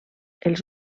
els